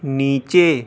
نیچے